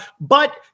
But-